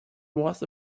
was